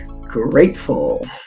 grateful